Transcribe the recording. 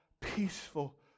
peaceful